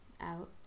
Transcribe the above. out